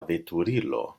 veturilo